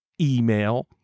email